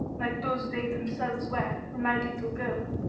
like those they themselves wear, for my little girl,